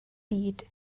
byd